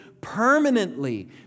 permanently